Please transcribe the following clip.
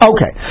Okay